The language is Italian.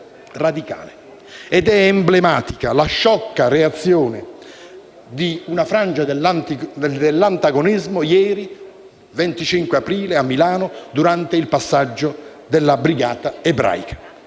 È emblematica la sciocca reazione di una frangia dell'antagonismo ieri, 25 aprile, a Milano, durante il passaggio della brigata ebraica.